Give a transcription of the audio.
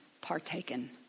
partaken